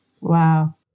Wow